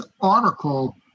article